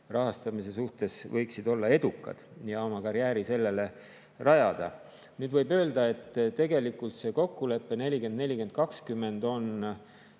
rahastamise suhtes olla edukad ja oma karjääri sellele rajada. Nüüd, võib öelda, et tegelikult see kokkulepe 40 : 40 : 20 on